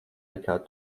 nekā